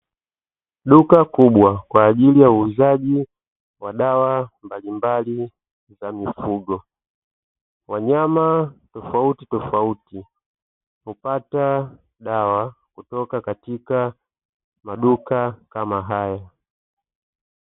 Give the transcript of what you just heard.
Duka kubwa kwa ajili ya uuzaji wa dawa mbalimbali za mifugo. Wanyama tofautitofauti hupata dawa kutoka katika maduka kama haya.